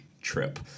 trip